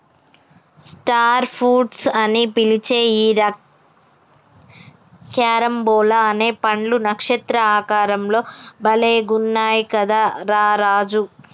star fruits అని పిలిచే ఈ క్యారంబోలా అనే పండ్లు నక్షత్ర ఆకారం లో భలే గున్నయ్ కదా రా రాజు